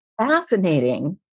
Fascinating